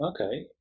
okay